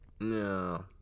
No